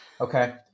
Okay